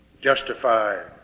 justified